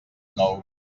nou